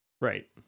Right